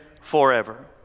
forever